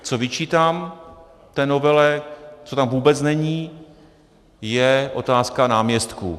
Co vyčítám té novele, co tam vůbec není, je otázka náměstků.